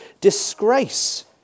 disgrace